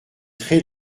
très